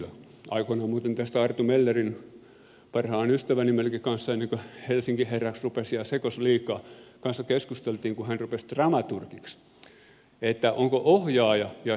aikoinaan muuten arto mellerin melkein parhaan ystäväni ennen kuin helsingin herraksi rupesi ja sekosi liikaa kanssa keskusteltiin kun hän rupesi dramaturgiksi siitä ovatko ohjaaja ja dramaturgi ne jotka panevat näyttelijät tekemään jotain